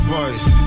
voice